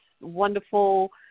wonderful